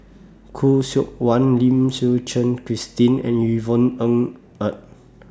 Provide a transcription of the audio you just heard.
Khoo Seok Wan Lim Suchen Christine and Yvonne Ng Er